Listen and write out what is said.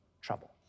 trouble